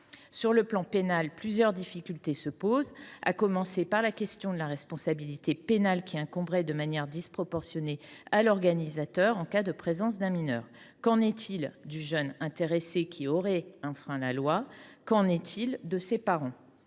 Sur le plan pénal, plusieurs difficultés se posent, à commencer par la question de la responsabilité, qui incomberait de manière disproportionnée à l’organisateur de l’événement en cas de présence d’un mineur. Qu’en est il du jeune qui aurait enfreint la loi et de ses parents ?